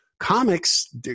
Comics